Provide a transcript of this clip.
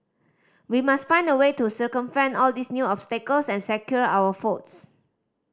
we must find a way to circumvent all these new obstacles and secure our votes